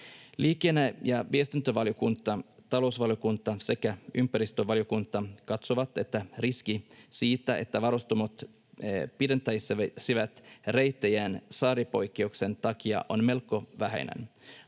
Liikenne- ja viestintävaliokunta, talousvaliokunta sekä ympäristövaliokunta katsovat, että riski siitä, että varustamot pidentäisivät reittejään saaripoikkeuksen takia, on melko vähäinen.